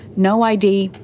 no id.